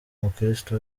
umukirisitu